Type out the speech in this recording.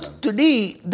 today